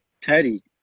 Teddy